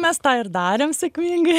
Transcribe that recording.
mes tą ir darėm sėkmingai